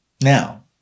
Now